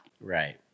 Right